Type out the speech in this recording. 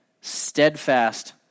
steadfast